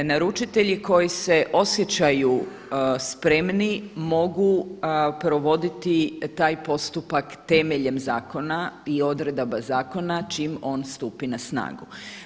Naručitelji koji se osjećaju spremni mogu provoditi taj postupak temeljem zakona i odredaba zakona čim on stupi na snagu.